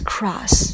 Cross